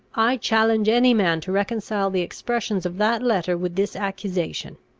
i challenge any man to reconcile the expressions of that letter with this accusation.